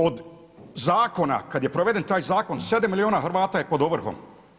Od zakona kad je proveden taj zakon 7 milijuna Hrvata je pod ovrhom.